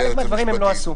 חלק מהדברים הם לא עשו.